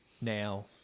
now